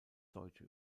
deutsche